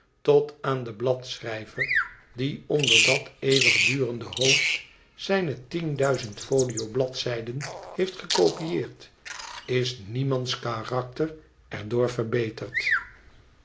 tot aan den bladschrijver die onder dat eeuwigdurende hoofd zijne tien duizend folio bladzijden heeft gekopieerd is niemands karakter er door verbeterd